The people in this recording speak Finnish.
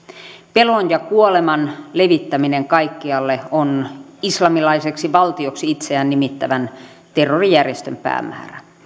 pelon ja kuoleman levittäminen kaikkialle on islamilaiseksi valtioksi itseään nimittävän terrorijärjestön päämäärä